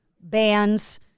bands